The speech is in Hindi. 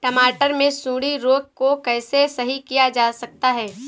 टमाटर से सुंडी रोग को कैसे सही किया जा सकता है?